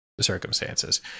circumstances